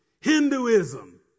Hinduism